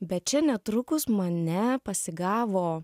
bet čia netrukus mane pasigavo